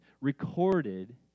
recorded